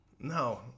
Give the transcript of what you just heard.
no